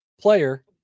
player